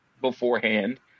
beforehand